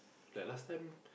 like last time